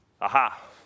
Aha